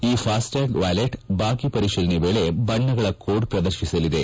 ಈ FASTag wallet ಬಾಕಿ ಪರಿಶೀಲನೆ ವೇಳೆ ಬಣ್ಣಗಳ ಕೋಡ್ ಪ್ರದರ್ಶಿಸಲಿದೆ